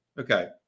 Okay